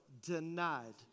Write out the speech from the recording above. Denied